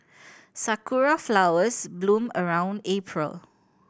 sakura flowers bloom around April